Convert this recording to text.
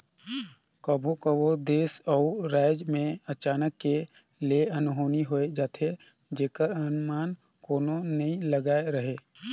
कभों कभों देस अउ राएज में अचानके ले अनहोनी होए जाथे जेकर अनमान कोनो नी लगाए रहें